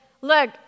Look